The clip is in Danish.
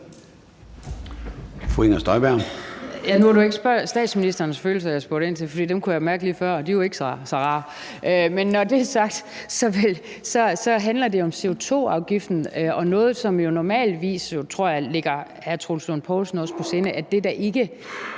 Inger Støjberg (DD): Nu var det ikke statsministerens følelser, jeg spurgte ind til, for dem kunne jeg mærke lige før, og de var ikke så rare. Men når det er sagt, handler det om CO2-afgiften og noget, som jo normalvis, tror jeg, også ligger hr. Troels Lund Poulsen på sinde, nemlig